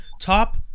Top